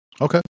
Okay